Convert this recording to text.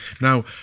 Now